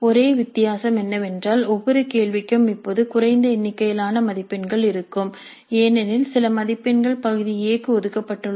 ஒரே வித்தியாசம் என்னவென்றால் ஒவ்வொரு கேள்விக்கும் இப்போது குறைந்த எண்ணிக்கையிலான மதிப்பெண்கள் இருக்கும் ஏனெனில் சில மதிப்பெண்கள் பகுதி A க்கு ஒதுக்கப்பட்டுள்ளன